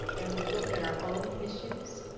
and we look at our own issues,